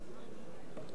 כדי שיהיה ברור,